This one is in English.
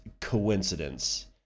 coincidence